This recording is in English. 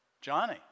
Johnny